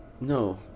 No